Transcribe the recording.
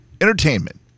entertainment